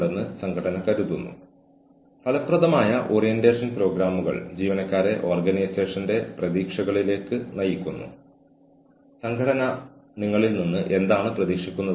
അതിനർത്ഥം ആളുകൾ telecommuting option എടുത്തേക്കാം ആളുകൾ ഈ ടെലികമ്മ്യൂട്ടിംഗ് ഓപ്ഷൻ ദുരുപയോഗം ചെയ്തേക്കാം അവർ ഒരു ലൊക്കേഷനിൽ നിന്നാണ് ജോലി ചെയ്യുന്നതെന്ന് പറഞ്ഞേക്കാം എന്നാൽ അവർ ജോലി ചെയ്യുന്നുണ്ടെന്ന് പറയുന്നത്രയും അവർ പ്രവർത്തിക്കുന്നില്ലായിരിക്കാം